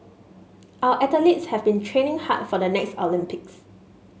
our athletes have been training hard for the next Olympics